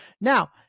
Now